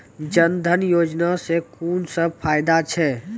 जनधन योजना सॅ कून सब फायदा छै?